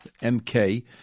MK